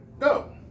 no